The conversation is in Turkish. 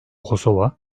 kosova